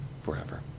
forever